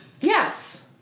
Yes